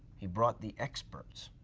he brought the experts.